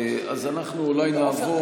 אז אנחנו נעבור